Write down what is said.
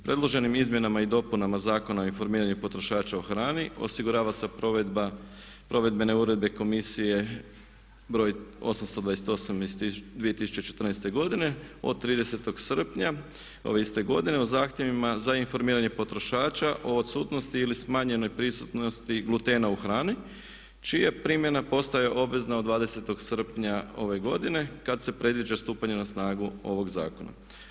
Predloženim Izmjenama i dopunama Zakona o informiranju potrošača o hrani osiguravaju se provedbene uredbe Komisije br. 828. iz 2014. godine od 30. srpnja ove iste godine o zahtjevima za informiranje potrošača o odsutnosti ili smanjenoj prisutnosti glutena u hrani čija primjena postaje obvezna od 20. srpnja ove godine kada se predviđa stupanje na snagu ovog Zakona.